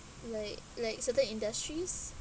like like certain industries